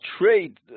trade